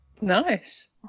Nice